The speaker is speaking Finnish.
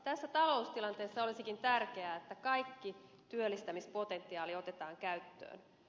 tässä taloustilanteessa olisikin tärkeää että kaikki työllistämispotentiaali otetaan käyttöön